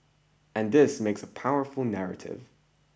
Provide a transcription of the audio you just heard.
and this makes a powerful narrative